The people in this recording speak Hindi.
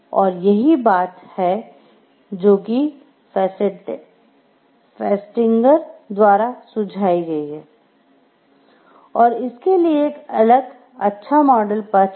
और यही बात है जो कि फेस्टिंगर द्वारा सुझाई गई है और इसके लिए एक अलग अच्छा मॉडल पथ है